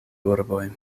urboj